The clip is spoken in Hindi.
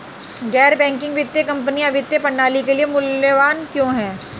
गैर बैंकिंग वित्तीय कंपनियाँ वित्तीय प्रणाली के लिए मूल्यवान क्यों हैं?